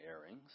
earrings